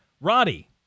Roddy